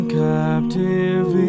captive